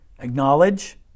Acknowledge